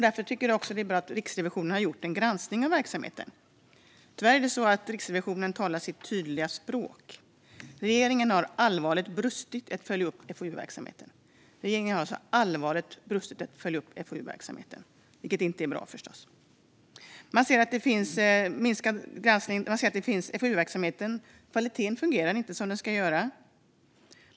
Därför är det bra att Riksrevisionen har gjort en granskning av verksamheten. Tyvärr talar Riksrevisionens rapport sitt tydliga språk, nämligen att regeringen har allvarligt brustit i att följa upp FoU-verksamheten. Det är förstås inte bra. Kvaliteten i FoU-verksamheten är inte som den ska vara.